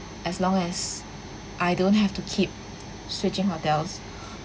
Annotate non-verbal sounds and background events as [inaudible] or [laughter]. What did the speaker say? as long as I don't have to keep switching hotels [breath]